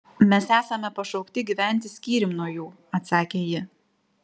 mes esame pašaukti gyventi skyrium nuo jų atsakė ji